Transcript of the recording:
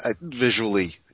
visually